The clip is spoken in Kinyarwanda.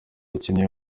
ukeneye